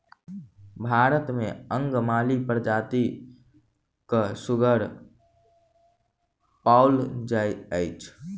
भारत मे अंगमाली प्रजातिक सुगर पाओल जाइत अछि